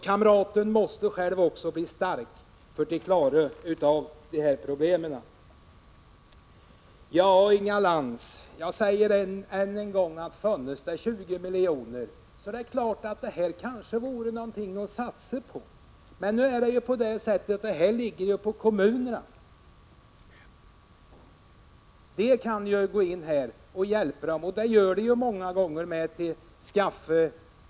Kamraten måste ju själv bli stark för att kunna klara av sådana här problem. Jag säger ännu en gång, Inga Lantz, att om det fanns 20 miljoner, kanske det vore värt att satsa på den kvinnohusverksamhet som Inga Lantz här talar om. Men det är en sak för kommunerna att avgöra. Kommunerna kan ju gå in och ge hjälp, och det gör kommunerna många gånger —t.ex.